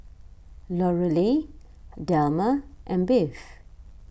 Lorelei Delmer and Bev